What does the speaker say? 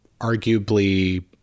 arguably